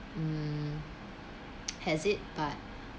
mm has it but